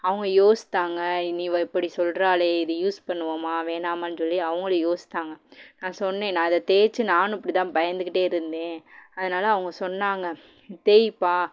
அவங்க யோசித்தாங்க நீ இவ இப்படி சொல்லுறாளே இதை யூஸ் பண்ணுவோமா வேணாமான்னு சொல்லி அவங்களும் யோசித்தாங்க நான் சொன்னேன் நான் இதை தேய்ச்சு நானும் இப்படி தான் பயந்துக்கிட்டே இருந்தேன் அதனால அவங்க சொன்னாங்க நீ தேய்ப்பா